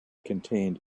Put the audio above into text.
contained